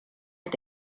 het